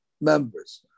members